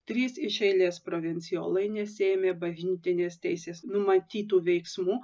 trys iš eilės provincijolai nesiėmė bažnytinės teisės numatytų veiksmų